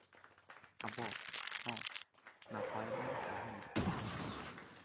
ᱟᱵᱚ ᱦᱚᱸ ᱱᱟᱯᱟᱭ ᱵᱚᱱ ᱛᱟᱦᱮᱱᱟ